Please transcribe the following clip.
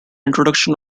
introduction